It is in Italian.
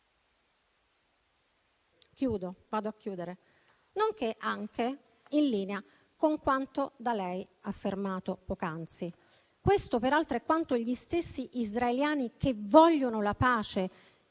fotografia del reale, nonché in linea con quanto da lei affermato poc'anzi. Questo peraltro è quanto gli stessi israeliani, che vogliono la pace,